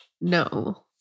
no